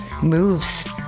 moves